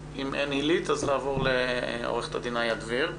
הילית לא נמצאת, אז נעבור לעו"ד איה דביר.